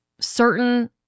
certain